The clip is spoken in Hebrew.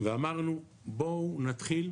ואמרנו "בואו נתחיל,